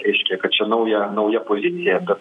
reiškia kad čia nauja nauja pozicija kad